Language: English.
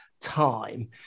time